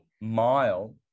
mile